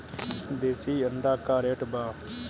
देशी अंडा का रेट बा?